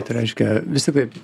tai reiškia vis tiktai